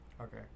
Okay